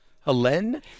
Helene